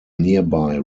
nearby